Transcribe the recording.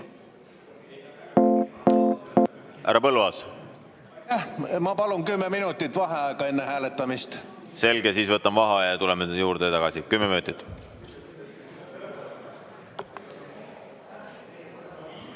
Aitäh! Ma palun kümme minutit vaheaega enne hääletamist. Selge, siis võtan vaheaja ja tuleme selle juurde tagasi. Kümme minutit.V